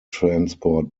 transport